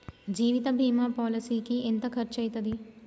జీవిత బీమా పాలసీకి ఎంత ఖర్చయితది?